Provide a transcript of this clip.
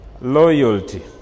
loyalty